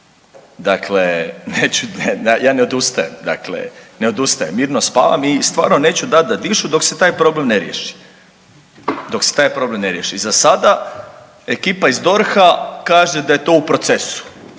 dakle ne odustajem, mirno spavam i stvarno neću dat da dišu dok se taj problem ne riješi, dok se taj problem ne riješi. Za sada ekipa iz DORH-a kaže da je to u procesu,